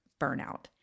burnout